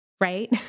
right